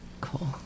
Cool